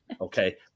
Okay